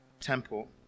temple